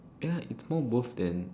ya it's more worth then